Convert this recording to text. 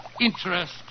interest